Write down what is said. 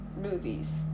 movies